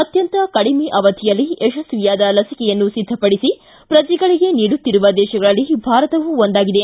ಅತ್ಯಂತ ಕಡಿಮೆ ಅವಧಿಯಲ್ಲಿ ಯಶಸ್ವಿಯಾದ ಲಸಿಕೆಯನ್ನು ಸಿದ್ದಪಡಿಸಿ ಪ್ರಜೆಗಳಿಗೆ ನೀಡುತ್ತಿರುವ ದೇಶಗಳಲ್ಲಿ ಭಾರತವೂ ಒಂದಾಗಿದೆ